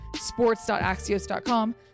Sports.axios.com